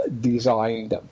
designed